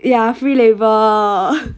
ya free labour